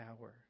hour